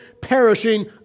perishing